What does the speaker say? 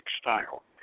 style